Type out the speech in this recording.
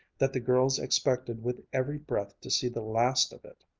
that the girls expected with every breath to see the last of it.